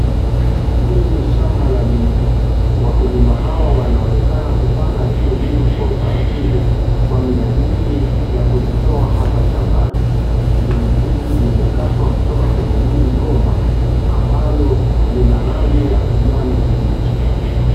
Hili ni shamba la ndizi. Wakulima hawa wanaonekana kupanga hizi ndizi kwa utaritibu kwa minajili ya kuzitoa hapa shambani. Ndizi hizi zimekatwa kutoka kwenye hizi gomba ambalo lina rangi ya kijani kibichi.